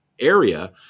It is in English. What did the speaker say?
area